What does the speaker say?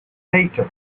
later